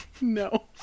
No